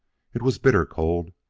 it was bitter cold,